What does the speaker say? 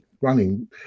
running